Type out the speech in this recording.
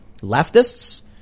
leftists